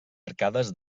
arcades